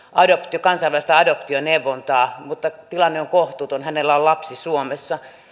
kansainvälistä adoptioneuvontaa mutta tilanne on kohtuuton hänellä on lapsi suomessa